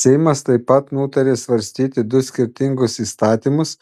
seimas taip pat nutarė svarstyti du skirtingus įstatymus